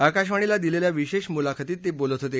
आकाशवाणीला दिलेल्या विशेष मुलाखतीत ते बोलत होते